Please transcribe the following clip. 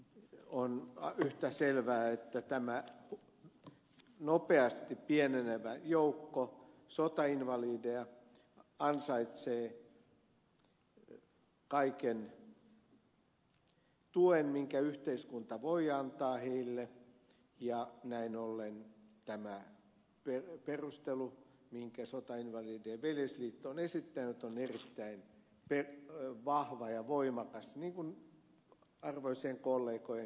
on yhtä selvää että tämä nopeasti pienenevä joukko sotainvalideja ansaitsee kaiken tuen minkä yhteiskunta voi antaa heille ja näin ollen tämä perustelu jonka sotainvalidien veljesliitto on esittänyt on erittäin vahva ja voimakas niin kuin arvoisien kollegojenkin puheenvuorot